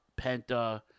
Penta